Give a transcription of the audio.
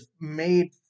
made